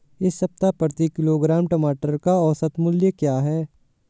इस सप्ताह प्रति किलोग्राम टमाटर का औसत मूल्य क्या है?